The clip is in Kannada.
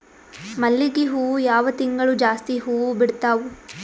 ಮಲ್ಲಿಗಿ ಹೂವು ಯಾವ ತಿಂಗಳು ಜಾಸ್ತಿ ಹೂವು ಬಿಡ್ತಾವು?